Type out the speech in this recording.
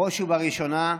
בראש ובראשונה,